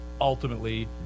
ultimately